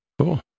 Cool